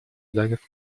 ударов